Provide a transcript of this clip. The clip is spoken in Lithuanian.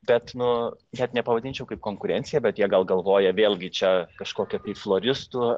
bet nu net nepavadinčiau kaip konkurencija bet jie gal galvoja vėlgi čia kažkokia tai floristų